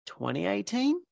2018